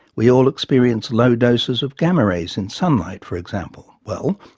we all experience low doses of gamma rays in sunlight, for example well,